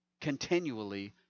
continually